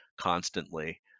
constantly